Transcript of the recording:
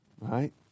right